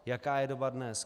Jaká je doba dnes?